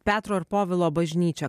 petro ir povilo bažnyčią